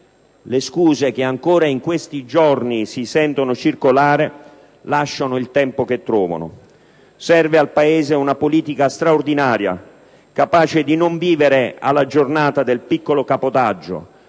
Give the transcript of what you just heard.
Le scuse che ancora in questi giorni si sentono circolare lasciano il tempo che trovano. Serve al Paese una politica straordinaria, capace non di vivere alla giornata del piccolo cabotaggio,